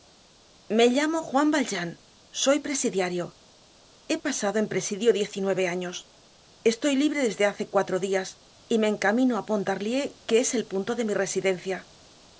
me llamo juan valjean soy presidiario he pasado en presidio diez y nueve años estoy libre desde hace cuatro dias y me encamino á pontarlier que es el punto de mi residencia